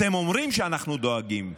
אתם אומרים: אנחנו דואגים לכולם,